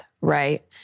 right